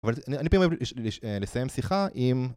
אבל אני הרבה פעמים אוהב לסיים שיחה עם